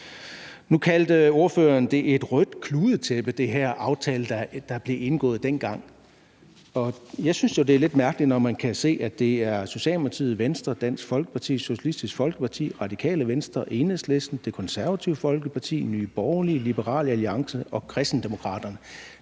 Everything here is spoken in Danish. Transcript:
Nu kaldte ordføreren det et rødt kludetæppe, altså den her aftale, der blev indgået dengang. Og jeg synes da, det er lidt mærkeligt, når man kan se, at det er Socialdemokratiet, Venstre, Dansk Folkeparti, Socialistisk Folkeparti, Radikale Venstre, Enhedslisten, Det Konservative Folkeparti, Nye Borgerlige, Liberal Alliance og Kristendemokraterne